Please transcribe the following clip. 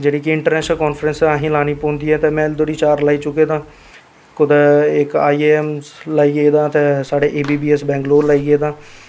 जेह्ड़ी कि international conference ऐ असैं गी लानी पौंदी ऐ ते एह्लै तक में दो लाई चूकें दा ऐ कुदै इक आई ए एम एस लाई आए दा ऐ ते साढे E B B S Bengaluru लाई आए दा ऐ